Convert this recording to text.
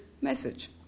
message